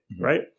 Right